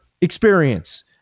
experience